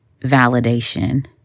validation